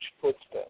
footsteps